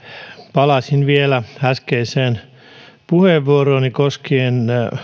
palaisin vielä äskeiseen puheenvuorooni koskien